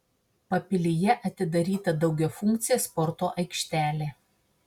papilyje atidaryta daugiafunkcė sporto aikštelė